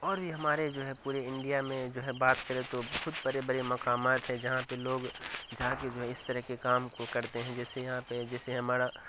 اور بھی ہمارے جو ہے پورے انڈیا میں جو ہے بات کریں تو بہت بڑے بڑے مکامات ہیں جہاں پہ لوگ جا کے جو ہے اس طرح کام کو کرتے ہیں جیسے یہاں پہ جیسے ہمارا